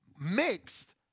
mixed